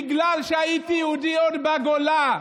בגלל שהייתי יהודי עוד בגולה.